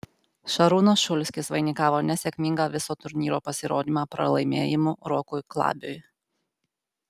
šarūnas šulskis vainikavo nesėkmingą viso turnyro pasirodymą pralaimėjimu rokui klabiui